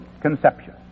conception